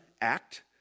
act